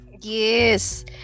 yes